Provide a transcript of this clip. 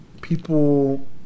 people